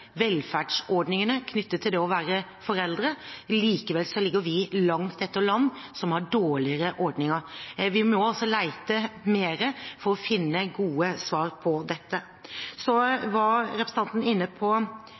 velferdsordningene knyttet til det å være foreldre. Likevel ligger vi langt etter land som har dårligere ordninger. Vi må altså lete mer for å finne gode svar på dette. Så var representanten inne på